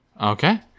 Okay